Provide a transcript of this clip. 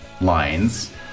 lines